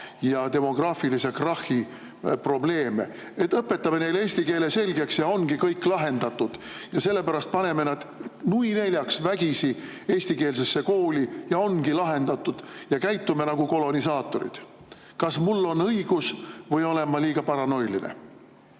ja demograafilise krahhi probleeme: õpetame neile eesti keele selgeks ja ongi kõik lahendatud ja sellepärast paneme nad, nui neljaks, vägisi eestikeelsesse kooli, ja ongi lahendatud. Käitume nagu kolonisaatorid. Kas mul on õigus või olen ma liiga paranoiline?